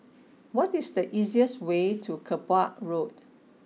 what is the easiest way to Kerbau Road